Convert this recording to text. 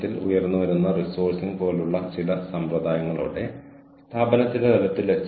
ഞാൻ ഉദ്ദേശിച്ചത് ഈ കോഴ്സുകളുടെ വ്യാപനം കാണുന്നത് അതിശയകരമാണ്